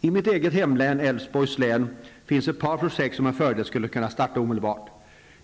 I mitt eget hemlän, Älvsborgs län, finns ett par projekt som med fördel skulle kunna startas omedelbart.